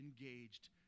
engaged